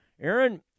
Aaron